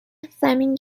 زمین